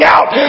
out